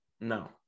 No